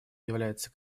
является